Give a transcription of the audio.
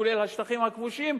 כולל השטחים הכבושים,